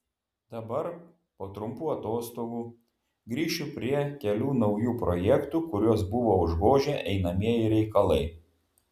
dabar po trumpų atostogų grįšiu prie kelių naujų projektų kuriuos buvo užgožę einamieji reikalai